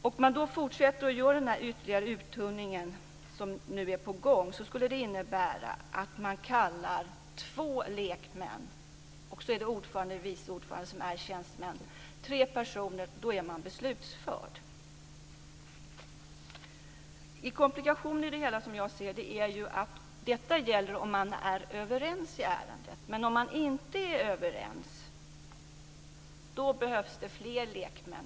När man nu fortsätter och gör den här ytterligare uttunningen innebär det att man kallar två lekmän samt ordförande eller vice ordförande, som är tjänstemän. Nämnden är beslutför om tre personer är närvarande. En komplikation med det hela som jag ser det är att detta gäller om man är överens i ärendet. Om man inte är överens behövs det fler lekmän.